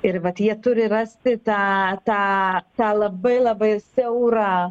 ir vat jie turi rasti tą tą tą labai labai siaurą